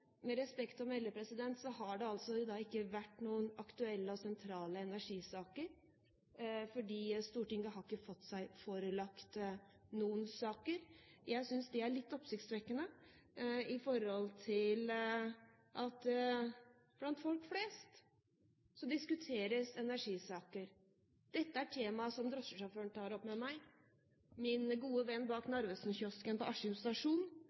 med respekt å melde si at det har ikke vært noen aktuelle og sentrale energisaker, for Stortinget har ikke fått seg forelagt noen saker. Jeg synes det er litt oppsiktsvekkende, for blant folk flest diskuteres energisaker. Dette er tema som drosjesjåføren tar opp med meg, og også min gode venn i Narvesen-kiosken på